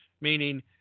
Meaning